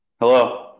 Hello